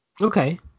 okay